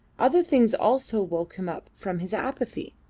other things also woke him up from his apathy.